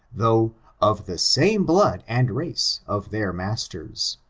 though of the same blood and race of their masters.